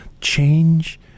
change